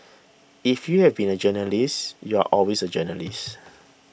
if you have been a journalist you're always a journalist